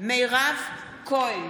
מירב כהן,